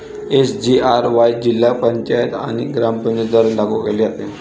SGRY जिल्हा पंचायत आणि ग्रामपंचायतींद्वारे लागू केले जाते